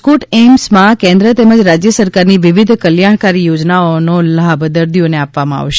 રાજકોટ એઇમ્સમાં કેન્દ્ર તેમજ રાજ્ય સરકારની વિવિધ કલ્યાણકારી યોજનાઓનો લાભ દર્દીઓને આપવામાં આવશે